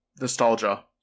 nostalgia